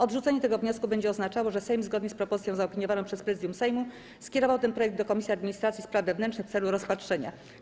Odrzucenie tego wniosku będzie oznaczało, że Sejm, zgodnie z propozycją zaopiniowaną przez Prezydium Sejmu, skierował ten projekt do Komisji Administracji i Spraw Wewnętrznych w celu rozpatrzenia.